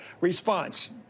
response